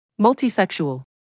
Multisexual